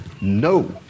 no